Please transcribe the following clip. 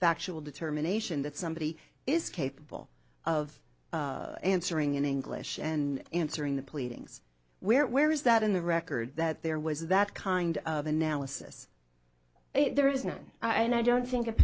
factual determination that somebody is capable of answering in english and answering the pleadings where where is that in the record that there was that kind of analysis there is none and i don't think